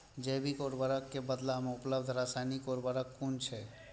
जैविक उर्वरक के बदला में उपलब्ध रासायानिक उर्वरक कुन छै?